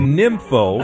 nympho